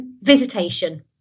visitation